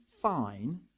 fine